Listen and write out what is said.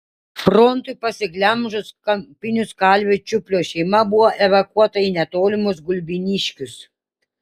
frontui pasiglemžus kampinius kalvio čiuplio šeima buvo evakuota į netolimus gulbiniškius